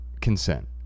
consent